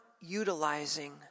utilizing